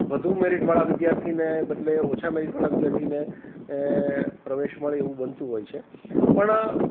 વધુ મેરીટ વાળા વિદ્યાર્થીને બદલે ઓછાં મેરીટ વાળા વિદ્યાર્થીને પ્રવેશ મળે એવું બનતું હોય છે પણ